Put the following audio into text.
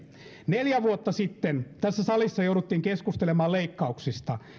neljä vuotta sitten tässä salissa jouduttiin keskustelemaan leikkauksista